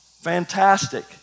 Fantastic